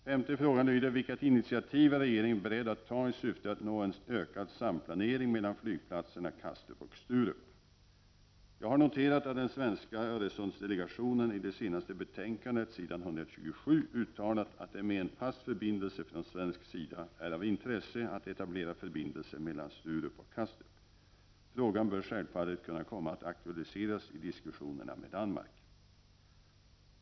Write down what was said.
Femte frågan lyder: Vilka initiativ är regeringen beredd att att ta i syfte att nå en ökad samplanering mellan flygplatserna Kastrup och Sturup? Jag har noterat att den svenska Öresundsdelegationen i det senaste betänkandet s. 127 uttalat att det med en fast förbindelse från svensk sida är av intresse att etablera förbindelser mellan Sturup och Kastrup. Frågan bör självfallet kunna komma att aktualiseras i diskussionerna med Danmark.